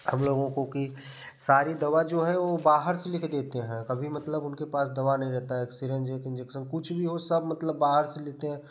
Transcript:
हम लोगों को कि सारी दवा जो है वो बाहर से लेके देते हैं कभी मतलब उनके पास दवा नहीं रहता है एक सिरेंज इन्जेक्शन कुछ भी हो सब मतलब बाहर से लेते हैं